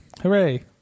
Hooray